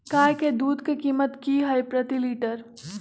गाय के दूध के कीमत की हई प्रति लिटर?